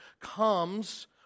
comes